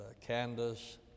Candace